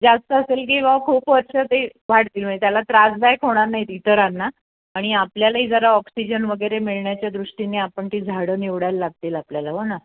जास्त असेल की बुवा खूप वर्ष ते वाढतील म्हणजे त्याला त्रासदायक होणार नाहीत इतरांना आणि आपल्यालाही जरा ऑक्सिजन वगैरे मिळण्याच्यादृष्टीने आपण ती झाडं निवडायला लागतील आपल्याला हो ना